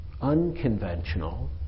unconventional